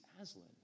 Aslan